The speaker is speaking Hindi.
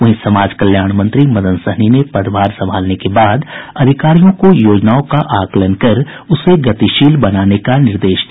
वहीं समाज कल्याण मंत्री मदन सहनी ने पदभार संभालने के बाद अधिकारियों को योजनाओं का आकलन कर उसे गतिशील बनाने का निर्देश दिया